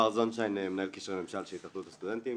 בר זונשיין, מנהל קשרי ממשל של התאחדות הסטודנטים.